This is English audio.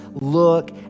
look